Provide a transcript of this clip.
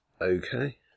Okay